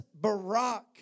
barak